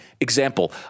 example